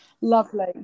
Lovely